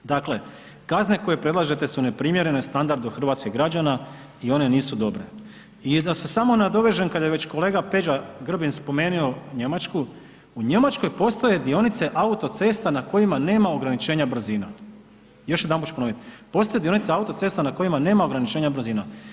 Dakle, kazne koje predlažete su neprimjerene standardu hrvatskih građana i one nisu dobre i da se samo nadovežem kad je već kolega Peđa Grbin spomenuo Njemačku, u Njemačkoj postoje dionice auto cesta na kojima nema ograničenja brzina, još jedanput ću ponovit, postoje dionice auto cesta na kojima nema ograničenja brzina.